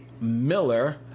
Miller